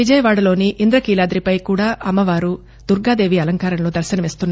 విజయవాద అటు ఇంద్రకీలాద్రిపై కూడా అమ్మవారు దుర్గాదేవి అలంకారంలో దర్శనమిస్తున్నారు